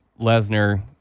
Lesnar